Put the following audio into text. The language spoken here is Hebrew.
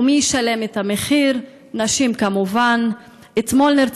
ולא רק שהמדינה נכשלת באופן כמעט קבוע בהגנה על הנשים האלה אלא